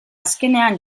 azkenean